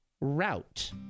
route